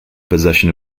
possession